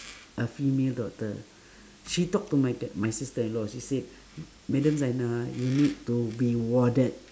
a female doctor she talk to my tha~ my sister-in-law she said madam zaina you need to be warded